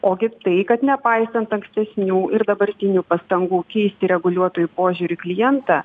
ogi tai kad nepaisant ankstesnių ir dabartinių pastangų keisti reguliuotojų požiūrį į klientą